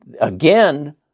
again